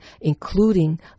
including